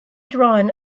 drawn